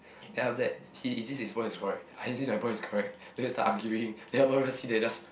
then after that he insists his point is correct I insist my point is correct then we start arguing then my mom just sit there and just